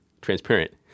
transparent